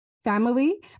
Family